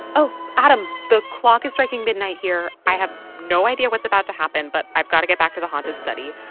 oh, adam, the clock is striking midnight here. i have no idea what's about to happen. but i've got to get back to the haunted study.